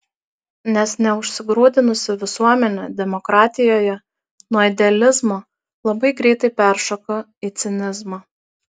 nes neužsigrūdinusi visuomenė demokratijoje nuo idealizmo labai greitai peršoka į cinizmą